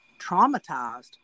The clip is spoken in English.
traumatized